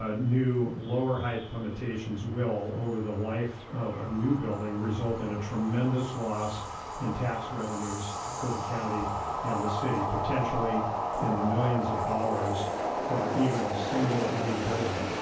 ah new lower height limitations will over the life of a new building result in a tremendous loss nm tax revenues for the county and the city potentially in the millions of dollars for evening a single new building.